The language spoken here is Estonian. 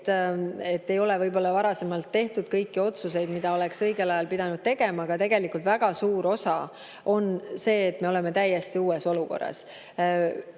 et ei ole võib‑olla varem tehtud kõiki otsuseid, mida oleks õigel ajal pidanud tegema, aga tegelikult väga suur osa on see, et me oleme täiesti uues olukorras.